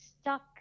stuck